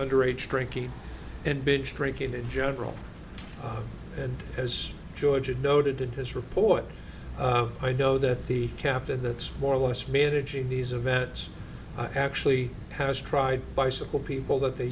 underage drinking and binge drinking in general and as george had noted in his report i know that the captain that's more or less managing these events actually has tried bicycle people that they